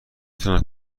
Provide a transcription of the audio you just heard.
تونم